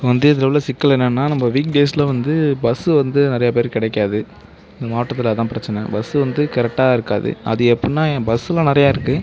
இப்போ வந்து இதில் உள்ள சிக்கல் என்னென்னா நம்ம வீக் டேஸில் வந்து பஸ்ஸு வந்து நிறையா பேருக்கு கிடைக்காது இந்த மாவட்டத்தில் அதான் பிரச்சனை பஸ்ஸு வந்து கரெக்டாக இருக்காது அது எப்புடின்னா ஏன் பஸ்ஸுலாம் நிறையா இருக்குது